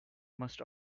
must